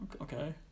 Okay